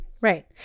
Right